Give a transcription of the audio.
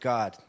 God